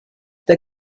der